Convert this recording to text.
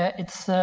it's.